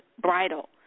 bridle